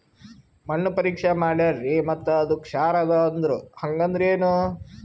ಮಣ್ಣ ಪರೀಕ್ಷಾ ಮಾಡ್ಯಾರ್ರಿ ಮತ್ತ ಅದು ಕ್ಷಾರ ಅದ ಅಂದ್ರು, ಹಂಗದ್ರ ಏನು?